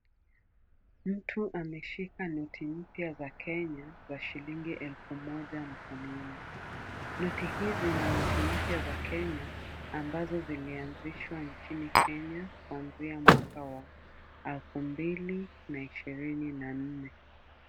Mtu ameshika noti mpya za kenya za shilingi elfu moja mkononi. Noti hizi ni noti mpya za kenya ambopo ziliazishwa nchini kenya kuanzia mwaka wa alfu mbili na ishirini na nne.